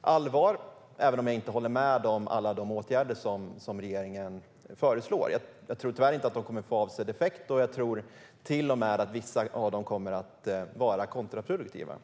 allvar, även om jag inte stöder alla de åtgärder som regeringen föreslår. Jag tror tyvärr inte att de kommer att få avsedd effekt, och jag tror till och med att vissa av dem kommer att vara kontraproduktiva.